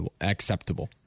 acceptable